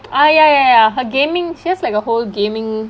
I ya ya ya her gaming she has like a whole gaming